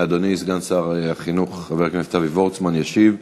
אדוני סגן שר החינוך חבר הכנסת אבי וורצמן ישיב.